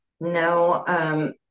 No